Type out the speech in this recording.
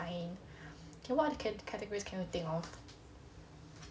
what other categories can you think of